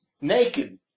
naked